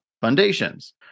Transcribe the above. foundations